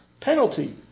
penalty